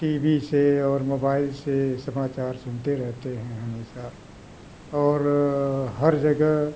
T V से और mobile से समाचार सुनते रहते हैं हमेशा और हर जगह